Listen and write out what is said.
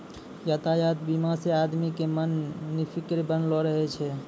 यातायात बीमा से आदमी के मन निफिकीर बनलो रहै छै